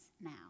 now